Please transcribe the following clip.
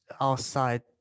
outside